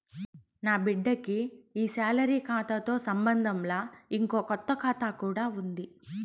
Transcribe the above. నాబిడ్డకి ఈ సాలరీ కాతాతో సంబంధంలా, ఇంకో కొత్త కాతా కూడా ఉండాది